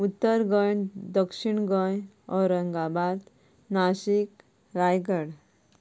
उत्तर गोंय दक्षीण गोंय औरंगाबाद नाशीक रायगड